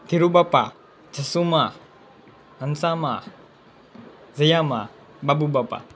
Dhirubapa Jasuma Hansama Jhayama Babubapa